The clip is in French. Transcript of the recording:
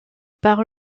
par